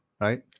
right